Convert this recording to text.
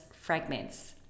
fragments